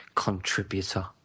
Contributor